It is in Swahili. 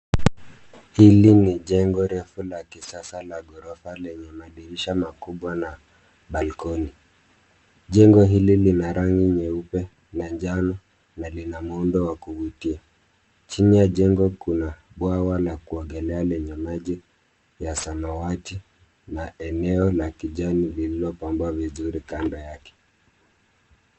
Hili ni jengo refu la kisasa la ghorofa lenye madirisha makubwa na balkoni . Jengo hili lina rangi nyeupe na njano na lina muundo wa kuvutia. Chini ya jengo kuna bwawa la kuogelea lenye maji ya samawati na eneo la kijani lililopambwa vizuri kando yake.